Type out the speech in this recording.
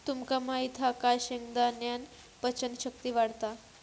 तुमका माहित हा काय शेंगदाण्यान पचन शक्ती वाढता